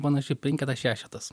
panašiai penketas šešetas